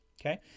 Okay